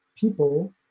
people